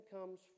comes